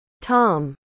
Tom